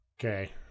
okay